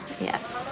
Yes